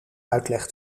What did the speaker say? uitleg